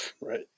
right